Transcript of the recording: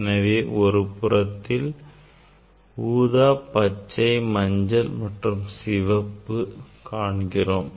எனவே ஒருபுறத்தில் நான் ஊதா பச்சை மற்றும் மஞ்சள் வண்ணங்களை காண்கிறேன்